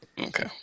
okay